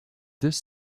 this